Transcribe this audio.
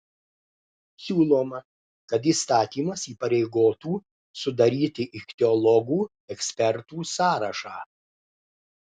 siūloma kad įstatymas įpareigotų sudaryti ichtiologų ekspertų sąrašą